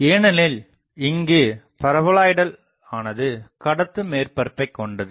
ஏனெனில் இங்குப் பரபோலாய்டல் ஆனது கடத்துமேற்பரப்பை கொண்டது